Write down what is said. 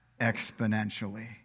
exponentially